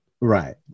right